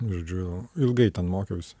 žodžiu ilgai ten mokiausi